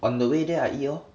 on the way there I eat lor